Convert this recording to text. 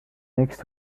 next